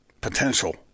potential